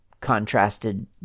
contrasted